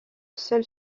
seul